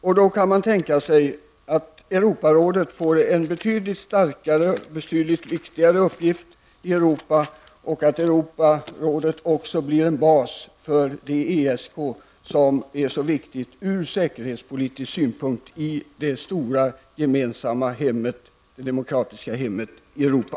Man kan då tänka sig att Europarådet blir betydligt starkare och får en viktigare uppgift i Europa och att Europarådet också blir en bas för ESK-processen, som är så viktig ur säkerhetspolitisk synpunkt i det stora gemensamma demokratiska hemmet Europa.